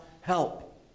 help